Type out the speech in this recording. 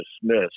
dismissed